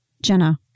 Jenna